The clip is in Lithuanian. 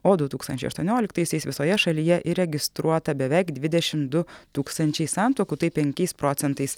o du tūkstančiai aštuonioliktaisiais visoje šalyje įregistruota beveik dvidešim du tūkstančių santuokų tai penkiais procentais